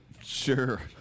Sure